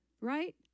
Right